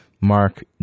Mark